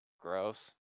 Gross